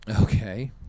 Okay